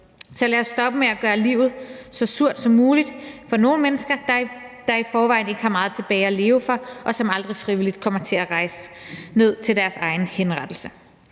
Så lad os stoppe med at gøre livet så surt som muligt for nogle mennesker, der i forvejen ikke har meget tilbage at leve for, og som aldrig frivilligt kommer til at rejse ned til deres egen henrettelse.